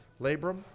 labrum